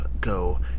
go